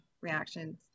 reactions